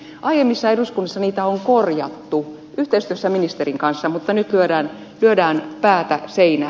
aiemmissa eduskunnissa niitä on korjattu yhteistyössä ministerin kanssa mutta nyt lyödään päätä seinään